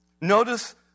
Notice